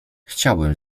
chciałbym